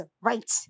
right